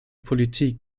politik